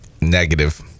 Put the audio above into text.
Negative